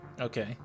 Okay